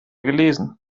gelesen